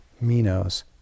Mino's